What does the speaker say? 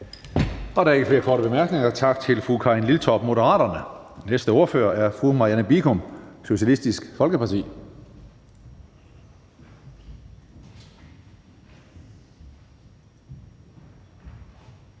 Der er ikke flere korte bemærkninger. Tak til fru Karin Liltorp, Moderaterne. Næste ordfører er fru Marianne Bigum, Socialistisk Folkeparti.